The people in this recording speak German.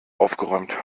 aufgeräumt